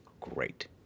great